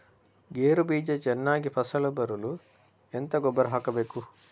ಗೇರು ಬೀಜ ಚೆನ್ನಾಗಿ ಫಸಲು ಬರಲು ಎಂತ ಗೊಬ್ಬರ ಹಾಕಬೇಕು?